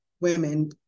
women